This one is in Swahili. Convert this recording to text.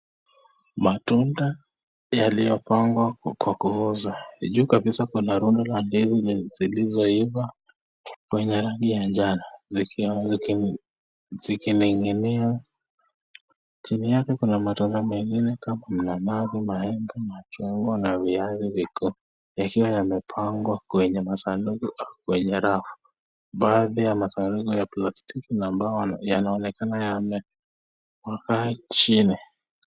Matunda yaliyopangwa kwa kuuzwa. Juu kabisa kuna rundo la ndizi zilizooiva zenye rangi ya njano zikiwa zikining'inia. Chini yake kuna matunda mengine kama mananasi, maembe, machungwa na viazi vikuu yakiwa yamepangwa kwenye masanduku au kwenye rafu. Baadhi ya masanduku ya plastiki na mbao yanaonekana yame wekwa chini.